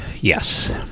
Yes